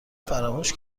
فراموش